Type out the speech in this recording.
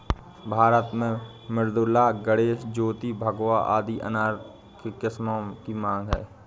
भारत में मृदुला, गणेश, ज्योति, भगवा आदि अनार के किस्मों की मांग है